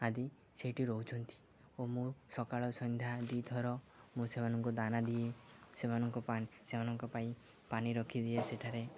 ଆଦି ସେଇଠି ରହୁଛନ୍ତି ଓ ମୁଁ ସକାଳ ସନ୍ଧ୍ୟା ଦି ଥର ମୁଁ ସେମାନଙ୍କୁ ଦାନା ଦିଏ ସେମାନଙ୍କ ପାଇଁ ସେମାନଙ୍କ ପାଇଁ ପାନି ରଖିଦିଏ ସେଠାରେ